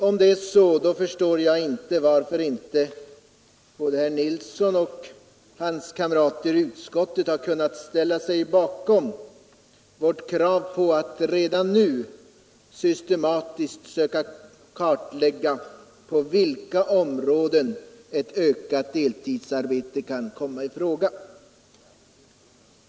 Om det är så, förstår jag inte varför herr Nilsson och hans kamrater i utskottet inte kunnat ställa sig bakom vårt krav att man redan nu systematiskt skall söka kartlägga på vilka områden ett ökat deltidsarbete kan komma i fråga.